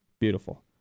Beautiful